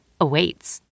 awaits